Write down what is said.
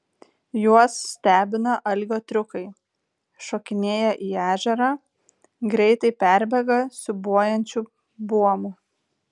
juos stebina algio triukai šokinėja į ežerą greitai perbėga siūbuojančiu buomu